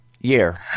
year